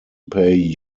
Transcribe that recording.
pay